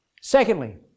Secondly